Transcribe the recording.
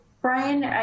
Brian